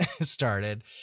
started